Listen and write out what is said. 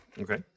Okay